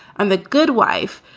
and the good wife.